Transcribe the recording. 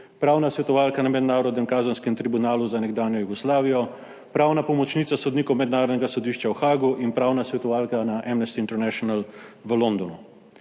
pravna svetovalka na mednarodnem kazenskem tribunalu za nekdanjo Jugoslavijo, pravna pomočnica sodnikov mednarodnega sodišča v Haagu in pravna svetovalka na Amnesty International v Londonu.